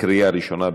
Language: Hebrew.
קריאה ראשונה.